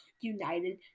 United